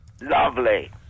Lovely